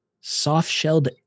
soft-shelled